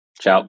Ciao